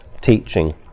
teaching